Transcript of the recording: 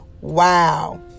wow